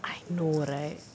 I know right